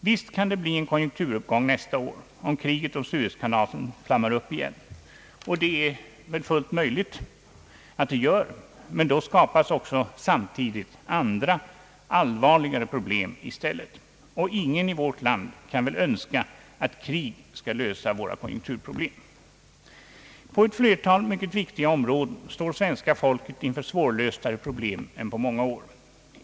Visst kan det bli en konjunkturuppgång nästa år, om kriget om Suezkanalen flammar upp igen, och detta är väl möjligt, men då skapas andra allvarligare problem i stället. Och ingen i vårt land kan väl önska att krig skall lösa våra konjunkturproblem. På ett flertal mycket viktiga områden står svenska folket inför mera svårlösta problem än på många år.